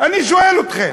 אני שואל אתכם,